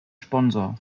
sponsor